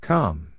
Come